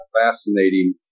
fascinating